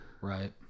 Right